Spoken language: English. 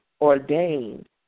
ordained